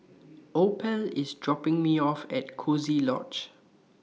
Opal IS dropping Me off At Coziee Lodge